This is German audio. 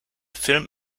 film